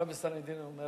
גמרא בסנהדרין אומרת.